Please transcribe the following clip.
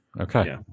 Okay